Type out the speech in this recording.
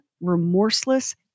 remorseless